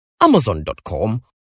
amazon.com